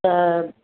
त